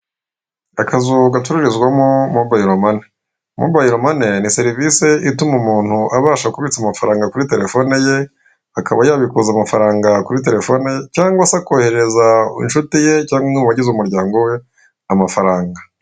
Akazu gacururizwamo mobayiro mane, mobayiro mane ni serivise ituma umuntu abasha kubitsa amafaranga kuri telefone ye, akaba yabikuza amafaranga kuri telefone cyangwa se akoherereza inshuti ye cyangwa umwe mu bagize umuryango we amafaranga.